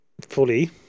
fully